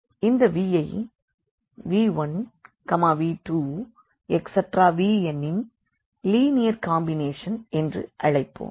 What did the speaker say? இந்த Vயை v1v2vnன் லீனியர் காம்பினேஷன் என்று அழைப்போம்